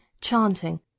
chanting